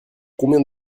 combien